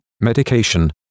medication